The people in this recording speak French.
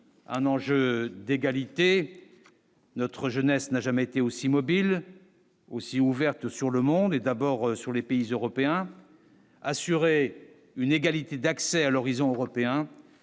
un enjeu d'égalité notre jeunesse n'a jamais été aussi mobile aussi ouverte sur le monde et d'abord sur les pays européens, assurer une égalité d'accès à l'horizon européen,